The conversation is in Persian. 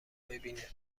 ببینه